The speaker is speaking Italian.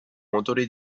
motore